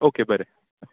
okay बरें बाय